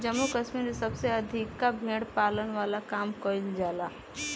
जम्मू कश्मीर में सबसे अधिका भेड़ पालन वाला काम कईल जाला